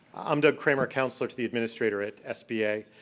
i'm doug kramer, counselor to the administrator at sba.